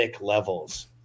levels